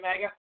mega